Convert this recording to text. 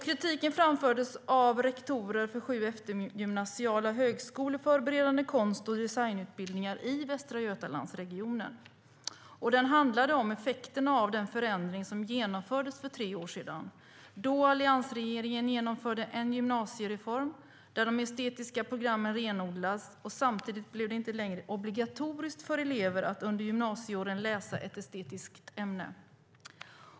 Kritiken framfördes av rektorer för sju eftergymnasiala högskoleförberedande konst och designutbildningar i Västra Götalandsregionen. Kritiken handlade om effekterna av den förändring som genomfördes för tre år sedan, då alliansregeringen genomförde en gymnasiereform där de estetiska programmen renodlades, och samtidigt blev det inte längre obligatoriskt för eleverna att under gymnasieåren läsa ett estetiskt ämne.